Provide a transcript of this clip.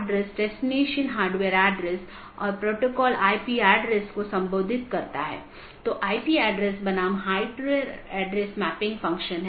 जैसा कि हमने पाथ वेक्टर प्रोटोकॉल में चर्चा की है कि चार पथ विशेषता श्रेणियां हैं